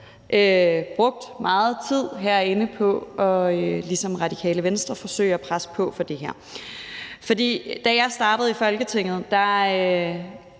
brugt meget tid herinde på, ligesom Radikale Venstre, at forsøge at presse på for det her. For da jeg startede i Folketinget,